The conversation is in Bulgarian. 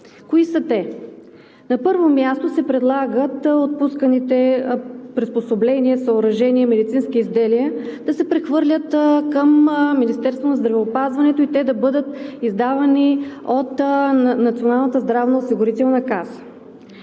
Кои са те? На първо място, предлага се отпусканите приспособления, съоръжения и медицински изделия да се прехвърлят към Министерството на здравеопазването и те да бъдат издавани от Националната здравноосигурителна каса.